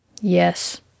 Yes